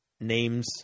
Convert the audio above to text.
Names